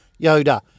Yoda